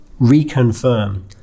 reconfirm